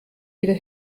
wieder